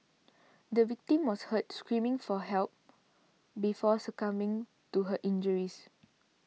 the victim was heard screaming for help before succumbing to her injuries